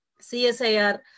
CSIR